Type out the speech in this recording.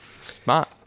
Smart